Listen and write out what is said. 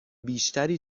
بیشتری